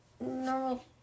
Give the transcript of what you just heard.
normal